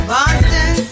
Boston